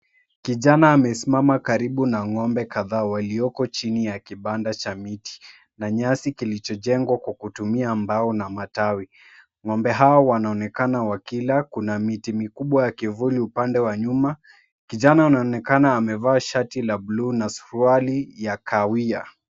Kijana amesimama karibu na ng'ombe kadhaa walioko chini ya kibanda cha miti na nyasi kilichojengwa kwa kutumia mbao na matawi. Ng'ombe hawa wanaonekana wakila. Kuna miti mikubwa ya kivuli upande wa nyuma. Kijana anaoneakana amevaa shati la buluu na suruali ya kahawia.